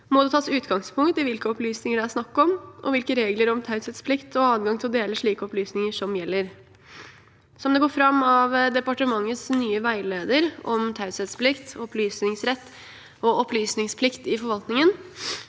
må det tas utgangspunkt i hvilke opplysninger det er snakk om, og hvilke regler om taushetsplikt og adgang til å dele slike opplysninger som gjelder. Som det går fram av departementets nye veileder om taushetsplikt, opplysningsrett og opplysningsplikt i forvaltningen,